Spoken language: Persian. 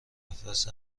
نفس